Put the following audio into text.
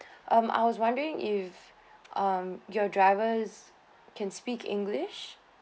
um I was wondering if um your drivers can speak english